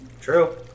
True